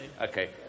Okay